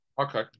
Okay